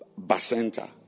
basenta